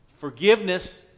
forgiveness